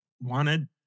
wanted